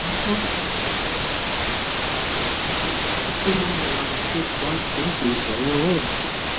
हजुर त्यस्तो महँगो लगेको थिएँ बल्ब त्यो फ्युस भयो हो